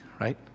right